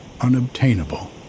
unobtainable